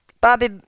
Bobby